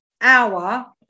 hour